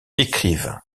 écrivain